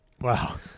Wow